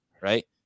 right